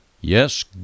Yes